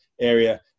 area